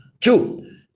Two